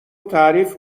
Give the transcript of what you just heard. تعریف